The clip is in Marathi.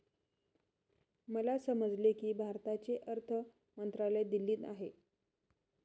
मला समजले की भारताचे अर्थ मंत्रालय दिल्लीत आहे